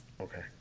Okay